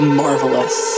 marvelous